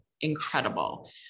incredible